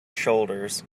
shoulders